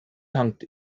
tankt